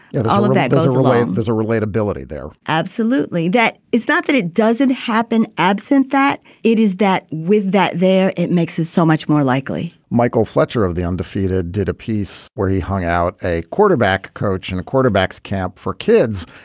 all of that doesn't relate. there's a relate ability there. absolutely. that is not that it doesn't happen. absent that, it is that with that there, it makes us so much more likely michael fletcher of the undefeated did a piece where he hung out a quarterback, coach and a quarterback's camp for kids.